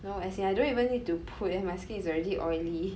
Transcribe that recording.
no as in I don't even need to put and my skin is already oily